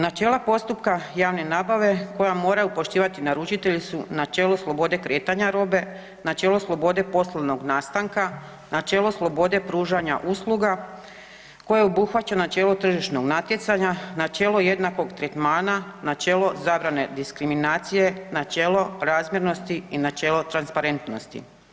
Načela postupka javne nabave koja moraju poštivati naručitelji su načelo slobode kretanja robe, načelo slobode poslovnog nastanka, načelo slobode pružanja usluga koje obuhvaća načelo tržišnog natjecanja, načelo jednakog tretmana, načelo zabrane diskriminacije, načelo razmjernosti i načelo transparentnosti.